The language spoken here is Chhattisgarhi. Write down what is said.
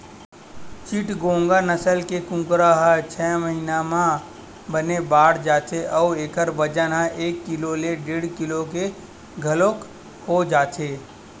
चिटगोंग नसल के कुकरा ह छय महिना म बने बाड़ जाथे अउ एखर बजन ह एक ले डेढ़ किलो के घलोक हो जाथे